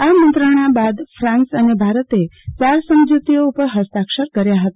આ મંત્રણા બાદ ફાન્સે અને ભારતે ચાર સમજુતીઓ ઉપર હસ્તાક્ષર કર્યા ફતા